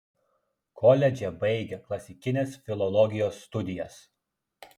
koledže baigė klasikinės filologijos studijas